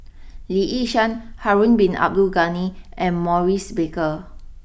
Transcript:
Lee Yi Shyan Harun Bin Abdul Ghani and Maurice Baker